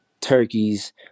turkeys